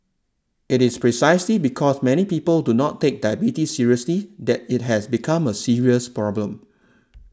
it is precisely because many people do not take diabetes seriously that it has become a serious problem